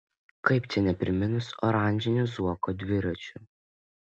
kaip čia nepriminus oranžinių zuoko dviračių